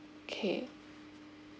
okay